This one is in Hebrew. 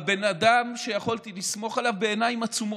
הבן אדם שיכולתי לסמוך עליו בעיניים עצומות,